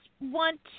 want